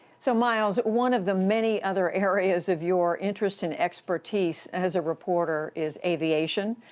so, miles, one of the many other areas of your interest and expertise as a reporter is aviation.